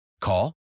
Call